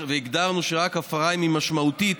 הגדרנו שהפרה, רק אם היא משמעותית,